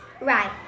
Right